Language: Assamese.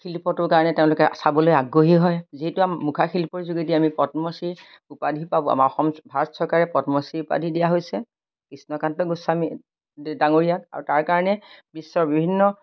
শিল্পটোৰ কাৰণে তেওঁলোকে চাবলৈ আগ্ৰহী হয় যিহেতু মুখা শিল্পৰ যোগেদি আমি পদ্মশ্ৰী উপাধি পাব আমাৰ অসম ভাৰত চৰকাৰে পদ্মশ্ৰী উপাধি দিয়া হৈছে কৃষ্ণকান্ত গোস্বামী ডাঙৰীয়াক আৰু তাৰ কাৰণে বিশ্বৰ বিভিন্ন